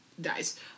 dies